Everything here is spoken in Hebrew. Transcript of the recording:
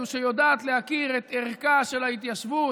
זו שיודעת להכיר את ערכה של ההתיישבות,